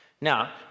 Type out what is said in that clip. Now